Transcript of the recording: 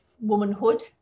womanhood